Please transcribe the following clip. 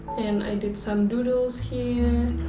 and i did some doodles here.